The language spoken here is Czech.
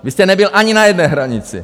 Vy jste nebyl ani na jedné hranici!